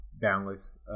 Boundless